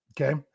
Okay